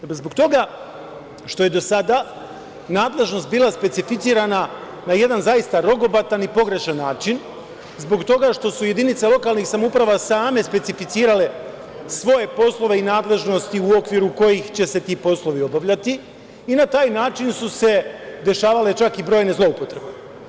Zbog toga što je do sada nadležnost bila specificiran na jedan zaista rogobatan i pogrešan način, zbog toga što su jedinice lokalnih samouprava same specificirale svoje poslove i nadležnosti u okviru kojih će se ti poslovi obavljati i na taj način su se dešavale čak i brojne zloupotrebe.